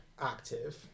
active